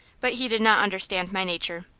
but he did not understand my nature,